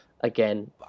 again